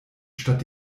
statt